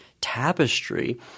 tapestry